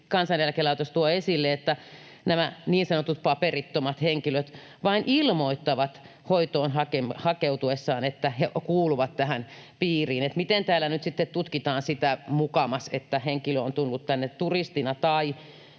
Kansaneläkelaitos tuo esille, että nämä niin sanotut paperittomat henkilöt vain ilmoittavat hoitoon hakeutuessaan, että he kuuluvat tähän piiriin. Miten täällä nyt sitten mukamas tutkitaan sitä, että henkilö on tullut tänne turistina